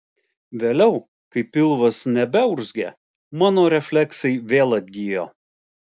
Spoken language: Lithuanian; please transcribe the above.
vėliau kai pilvas nebeurzgė mano refleksai vėl atgijo